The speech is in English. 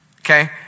Okay